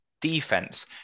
Defense